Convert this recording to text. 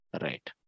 right